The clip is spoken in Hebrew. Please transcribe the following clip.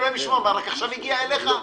אלוהים ישמור, רק עכשיו הגיע אליך?